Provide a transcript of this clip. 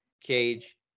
Cage